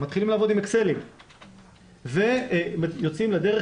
מתחילים לעבוד עם אקסלים ויוצאים לדרך,